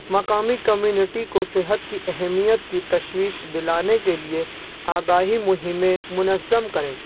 مقامی کمیونٹی کو صحت کی اہمیت کی تشویش دلانے کے لیے آگاہی مہمیں منظم کریں